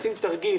עושים תרגיל,